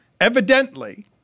evidently